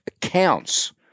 counts